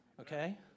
Okay